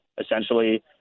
essentially